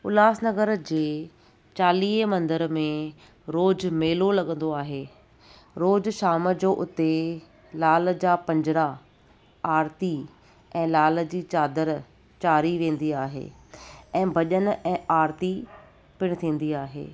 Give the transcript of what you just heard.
उल्हासनगर जे चालीहें मंदर में रोज़ मेलो लॻंदो आहे रोज़ शाम जो उते लाल जा पंजिड़ा आरती ऐं लाल जी चादर चाढ़ी वेंदी आहे ऐं भॼन ऐं आरती पिणु थींदी आहे